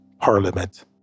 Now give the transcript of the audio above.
Parliament